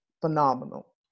phenomenal